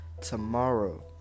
Tomorrow